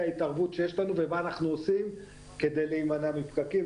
ההתערבות שיש לנו ומה אנחנו עושים כדי להמנע מפקקים.